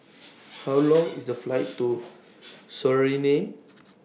How Long IS The Flight to Suriname